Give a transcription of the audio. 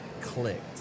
clicked